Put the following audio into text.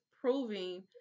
proving